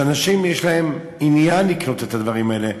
שאנשים יש להם עניין לקנות את הדברים האלה,